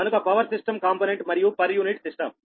కనుక power system component మరియు per unit system